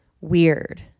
weird